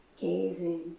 gazing